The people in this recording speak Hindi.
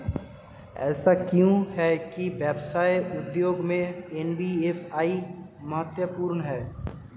ऐसा क्यों है कि व्यवसाय उद्योग में एन.बी.एफ.आई महत्वपूर्ण है?